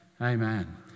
amen